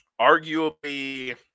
arguably